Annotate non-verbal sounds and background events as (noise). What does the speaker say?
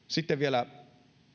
(unintelligible) sitten vielä